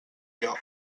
lloc